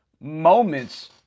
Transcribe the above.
moments